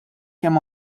kemm